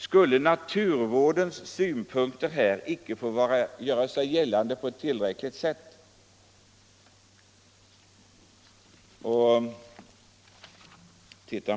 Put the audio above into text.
Skulle naturvårdens synpunkter här icke få göra sig gällande tillräckligt?